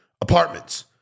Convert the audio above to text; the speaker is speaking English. apartments